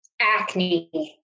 acne